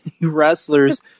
wrestlers